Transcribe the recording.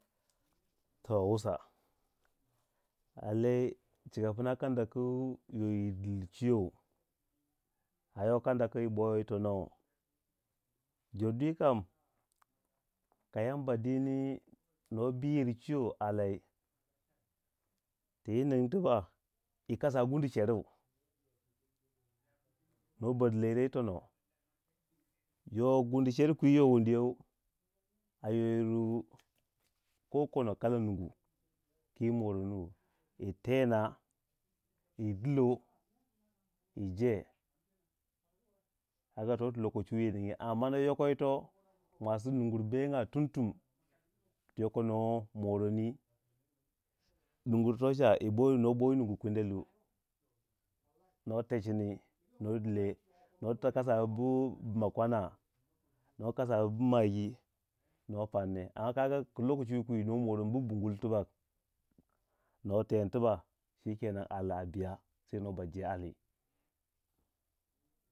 To wusa lallai cika pna kanda ku yoyi dil cwiyo a yo kanda ki yi boyi tonou, jor dwi kam, ka yamba dini no biyir cwiyo alai tii ningi tibak yi kasa gunu ceru no ba diloyirro yi tono, yo gundu cer kwi yo wundu you a yoyir ko kono kala nungu kiyi morondu yi tena, yi dilo, yi je kaga toti lokoci wi yi ningi amma yokoyito mwasi nungur benga tumtum ti yoko no morondi, nugur to ca, yi boyi nungu kwelelu no techini no dile, no kasa kasa bu bma kwana, no kasa bu maggi no pannai, amma kaga ku lokoci wi kwi no moroni bu bungul tibak no teni tibal ali a biya, se no ba je ali.